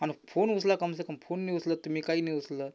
आणि फोन उचला कम से कम फोन नाही उचलत तुम्ही काही नाही उचल